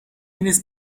نیست